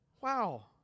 Wow